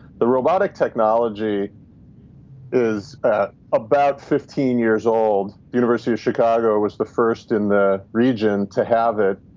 the robotic technology is about fifteen years old. university of chicago was the first in the region to have it.